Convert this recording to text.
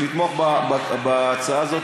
לתמוך בהצעה הזו.